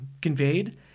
conveyed